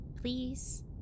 please